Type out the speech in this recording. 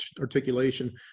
articulation